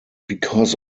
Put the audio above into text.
because